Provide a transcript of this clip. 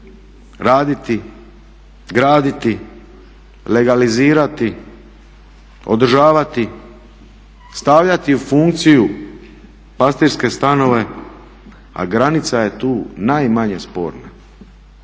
raditi, graditi, legalizirati, održavati, stavljati u funkciju pastirske stanove a granica je tu najmanje sporna.